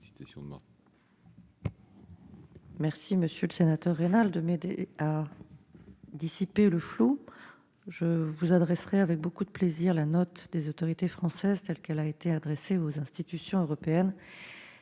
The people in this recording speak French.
remercie, monsieur le sénateur Raynal, de m'aider à dissiper le flou. Je vous adresserai avec beaucoup de plaisir la note des autorités françaises envoyée aux institutions européennes.